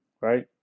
right